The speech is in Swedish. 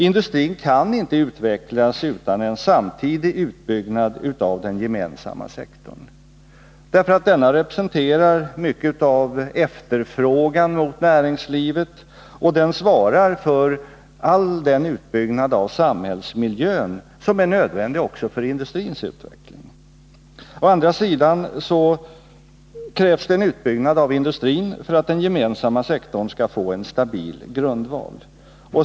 Industrin kan inte utvecklas utan en samtidig utbyggnad av den gemensamma sektorn, därför att denna representerar mycket av den efterfrågan som kommer näringslivet till del. Den svarar också för all den utbyggnad av samhällsmiljön som också är nödvändig för industrins utveckling. Å andra sidan krävs det en utbyggnad av industrin för att den gemensamma sektorn skall få en stabil grundval.